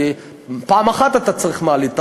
כי אתה צריך מעלית אחת,